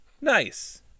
Nice